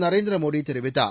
நரேந்திர மோடி தெரிவித்தார்